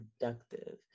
productive